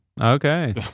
Okay